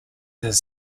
his